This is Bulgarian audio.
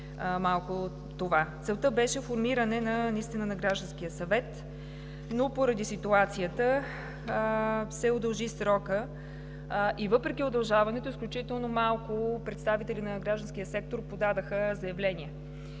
Целта беше формиране на Гражданския съвет, но поради ситуацията се удължи срокът и въпреки удължаването изключително малко представители на гражданския сектор подадоха заявления.